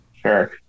Sure